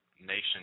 nation